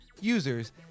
users